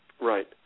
Right